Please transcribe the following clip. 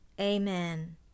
Amen